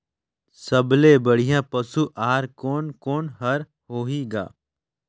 सबले बढ़िया पशु आहार कोने कोने हर होही ग?